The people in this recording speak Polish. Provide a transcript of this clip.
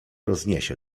rozniesie